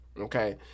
Okay